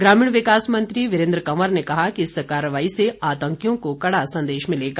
ग्रामीण विकास मंत्री वीरेन्द्र कंवर ने कहा कि इस कार्रवाई से आतंकियों को कड़ा संदेश मिलेगा